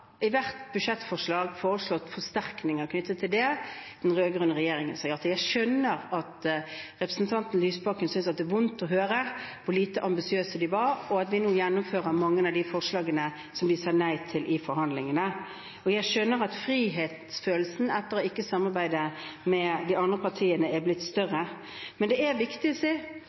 i hvert budsjettforslag foreslått forsterkninger knyttet til det den rød-grønne regjeringen sa ja til. Jeg skjønner at representanten Lysbakken synes at det er vondt å høre hvor lite ambisiøse de var, og at vi nå gjennomfører mange av de forslagene som de sa nei til i forhandlingene. Jeg skjønner at frihetsfølelsen ved ikke å samarbeide med de andre partiene er blitt større.